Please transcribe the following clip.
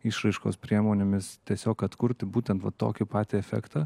išraiškos priemonėmis tiesiog atkurti būtent tokį patį efektą